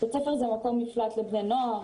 בית ספר זה מקום מפלט לבני נוער,